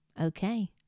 Okay